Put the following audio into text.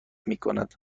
میکند